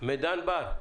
מידן בר,